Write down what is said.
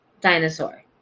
dinosaur